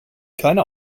keine